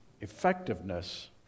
effectiveness